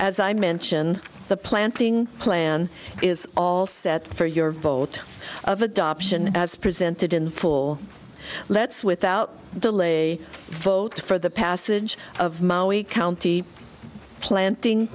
as i mentioned the planting plan is all set for your vote of adoption as presented in the fall let's without delay vote for the passage of maui county planting